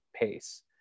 pace